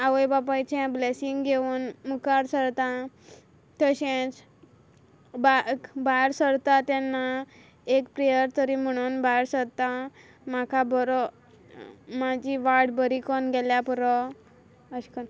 आवय बापायचें ब्लॅसींग घेवून मुखार सरतां तशेंच बाक भायर सरता तेन्ना एक प्रेयर तरी म्हुणून भायर सरता म्हाका बरो म्हाजी वाड बरी कोन गेल्या पुरो अश कोन